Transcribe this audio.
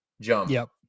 jump